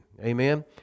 Amen